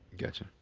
gotcha.